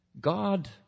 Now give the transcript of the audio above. God